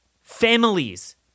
families